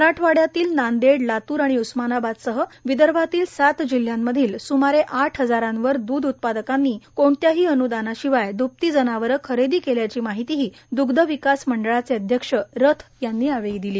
मराठवाड्यातल्या नांदेड लातूर आणि उस्मानाबादसह विदर्भातल्या सात जिल्ह्यातल्या सुमारे आठ हजारावर दूध उत्पादकांनी कोणत्याही अन्दानाशिवाय द्भती जनावरं खरेदी केल्याची माहितीही द्ग्ध विकास मंडळाचे अध्यक्ष रथ यांनी यावेळी दिली